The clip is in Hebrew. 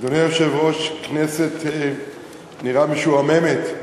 אדוני היושב-ראש, כנסת, נראית משועממת,